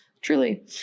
truly